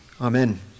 Amen